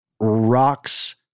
rocks